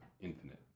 Infinite